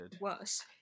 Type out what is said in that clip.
worse